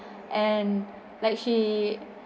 and like she